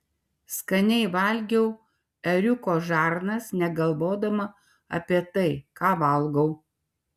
skaniai valgiau ėriuko žarnas negalvodama apie tai ką valgau